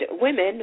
women